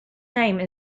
name